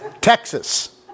Texas